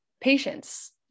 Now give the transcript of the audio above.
patience